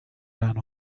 ran